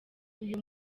uyu